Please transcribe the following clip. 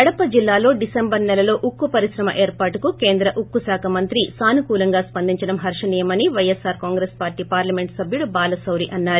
కడప జిల్లాలో డిసెంబర్ సెలలో ఉక్కు పరిశ్రమ ఏర్పాటుకు కేంద్ర ఉక్కుశాఖ మంత్రి సానుకూలంగా స్పందించటం హర్షనీయమని Y S R Congress party parliament సబ్యుడు బాలశౌరి అన్నారు